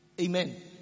Amen